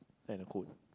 and a coat